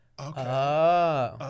Okay